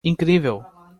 incrível